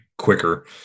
quicker